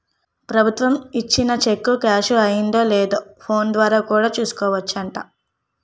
ప్రభుత్వం ఇచ్చిన cheque cash అయిందో లేదో ఫోన్ ద్వారా కూడా చూసుకోవచ్చట